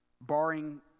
barring